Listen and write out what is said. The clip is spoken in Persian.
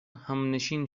همنشین